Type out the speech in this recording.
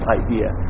idea